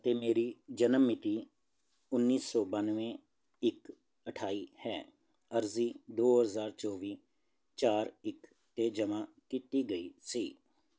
ਅਤੇ ਮੇਰੀ ਜਨਮ ਮਿਤੀ ਉੱਨੀ ਸੋ ਬਾਨਵੇਂ ਇੱਕ ਅਠਾਈ ਹੈ ਅਰਜੀ ਦੋ ਹਜ਼ਾਰ ਚੋਵੀ ਚਾਰ ਇੱਕ 'ਤੇ ਜਮ੍ਹਾਂ ਕੀਤੀ ਗਈ ਸੀ